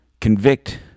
convict